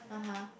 (uh huh)